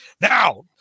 now